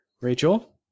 rachel